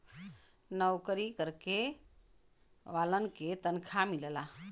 नऊकरी करे वालन के तनखा मिलला